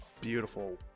beautiful